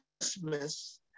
Christmas